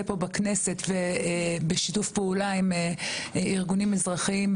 פה בכנסת ובשיתוף פעולה עם ארגונים אזרחיים,